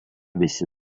visi